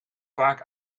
vaak